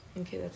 Okay